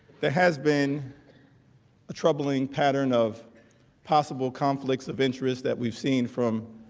that has been a troubling pattern of possible conflicts of interest that we've seen from